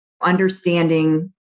understanding